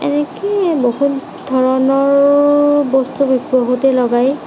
এনেকেই বহুত ধৰণৰ বস্তু বহুতে লগায়